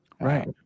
Right